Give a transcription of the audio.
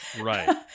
right